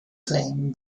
claim